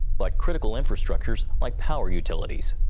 but critical infrastuctures like power utilities.